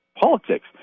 politics